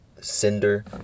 Cinder